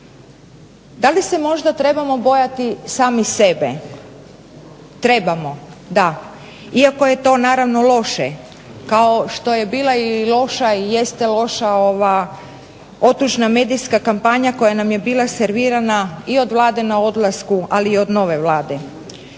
Da li se možda trebamo bojati sami sebe? Trebamo, da, iako je to naravno loše, kao što je bila loša i jeste loša otužna medijska kampanja koja nam je bila servirana i od Vlade na odlasku, ali i od nove Vlade.